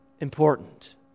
important